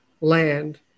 land